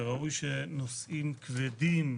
וראוי שנושאים כבדים,